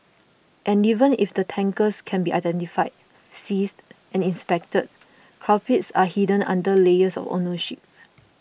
and even if the tankers can be identified seized and inspected culprits are hidden under layers of ownership